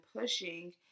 pushing